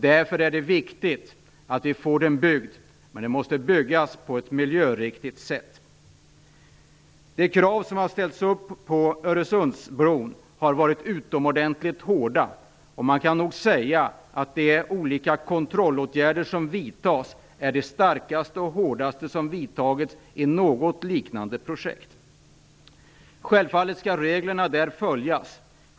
Därför är det viktigt att den blir byggd, men den måste byggas på ett miljöriktigt sätt. De krav som har ställts upp när det gäller Öresundsbron har varit utomordentligt hårda. Man kan nog säga att de olika kontrollåtgärder som vidtas är de strängaste och hårdaste som har vidtagits i något liknande projekt. Självfallet skall reglerna följas.